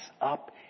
up